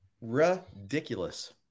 Ridiculous